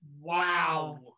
Wow